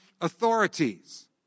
authorities